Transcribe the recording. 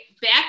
back